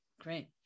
great